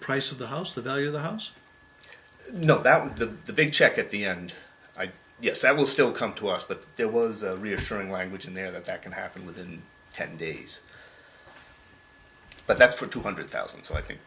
price of the house the value of the house you know that the big check at the end i guess i will still come to us but there was a reassuring language in there that that can happen within ten days but that's for two hundred thousand so i think